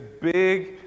big